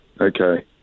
Okay